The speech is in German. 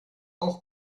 auch